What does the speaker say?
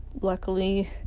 luckily